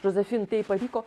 josephine tey pavyko